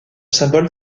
symbole